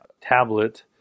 tablet